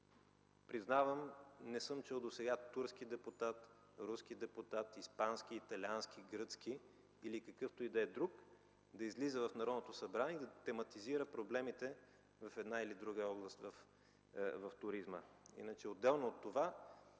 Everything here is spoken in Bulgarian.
Признавам, не съм чул досега турски депутат, руски депутат, испански, италиански, гръцки или какъвто и да е друг, да излиза в народно събрание и да драматизира проблемите в една или друга област в туризма. Отделно от това,